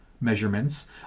measurements